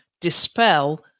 dispel